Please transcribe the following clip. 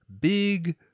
big